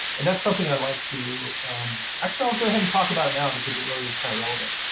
and that's something i'd like to actually, i'll go ahead and talk about it now, because it really is kind of relevant.